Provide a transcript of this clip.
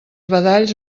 badalls